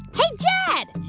hey, jed